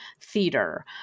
theater